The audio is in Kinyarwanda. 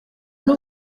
n’u